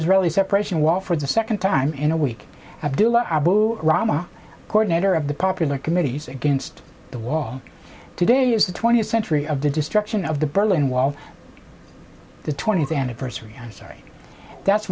israeli separation wall for the second time in a week of abu rama coordinator of the popular committees against the wall today is the twentieth century of the destruction of the berlin wall the twentieth anniversary i'm sorry that's